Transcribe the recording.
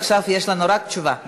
עכשיו יש לנו רק תשובה.